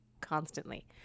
constantly